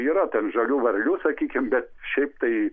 yra ten žalių varlių sakykime bet šiaip tai